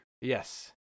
Yes